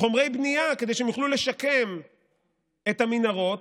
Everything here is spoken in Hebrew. חומרי בנייה כדי שהם יוכלו לשקם את המנהרות,